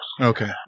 Okay